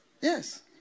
Yes